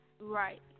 right